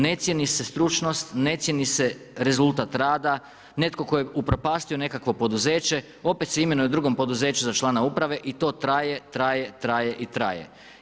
Ne cijeni se stručnost, ne cijeni se rezultata rada, netko tko je upropastio nekakvo poduzeće, opet se imenuje u drugom poduzeću za člana uprave i to traje, traje, traje i traje.